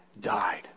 died